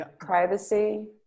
privacy